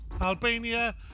Albania